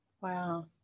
Wow